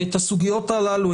ואת הסוגיות הללו,